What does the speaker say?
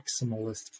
maximalist